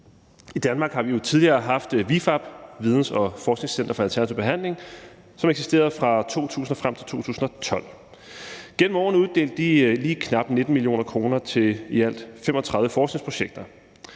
I Danmark har vi jo tidligere haft ViFAB – Videns- og Forskningscenter for Alternativ Behandling – som eksisterede fra år 2000 og frem til 2012. Gennem årene uddelte de lige knap 19 mio. kr. til i alt 35 forskningsprojekter,